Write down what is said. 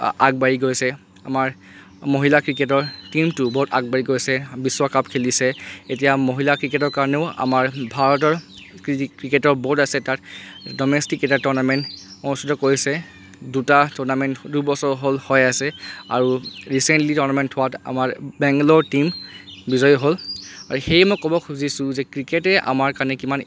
আ আগবাঢ়ি গৈছে আমাৰ মহিলা ক্ৰিকেটৰ টিমটো বহুত আগবাঢ়ি গৈছে বিশ্বকাপ খেলিছে এতিয়া মহিলা ক্ৰিকেটৰ কাৰণেও আমাৰ ভাৰতৰ যি ক্ৰিকেটৰ বোৰ্ড আছে তাত ডমেষ্টিক এটা টুৰ্ণামেণ্ট অনুস্থিত কৰিছে দুটা টুৰ্ণামেণ্ট দুবছৰ হ'ল হৈ আছে আৰু ৰিচেণ্টলি টুৰ্নামেণ্ট হোৱাত আমাৰ বেংগালোৰৰ টিম বিজয়ী হ'ল আৰু সেয়ে মই ক'ব খুজিছোঁ যে ক্ৰিকেটে আমাৰ কাৰণে কিমান